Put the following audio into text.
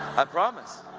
i promise!